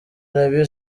arabie